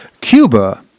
Cuba